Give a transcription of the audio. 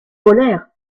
polaire